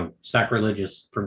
sacrilegious